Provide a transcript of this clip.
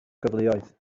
gyfleoedd